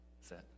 Set